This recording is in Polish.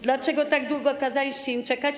Dlaczego tak długo kazaliście im czekać?